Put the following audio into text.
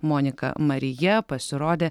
monika marija pasirodė